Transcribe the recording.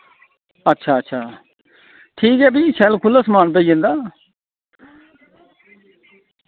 अच्छा अच्छा ठीक ऐ फ्ही शैल खुह्ल्ला समान पेई जंदा